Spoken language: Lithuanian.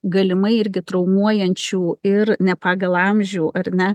galimai irgi traumuojančių ir ne pagal amžių ar ne